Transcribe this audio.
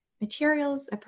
materials